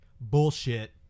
Bullshit